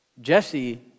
Jesse